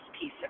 piece